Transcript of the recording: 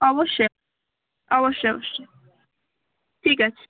অবশ্যই অবশ্যই অবশ্যই ঠিক আছে